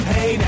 Hey